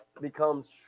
becomes